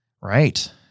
Right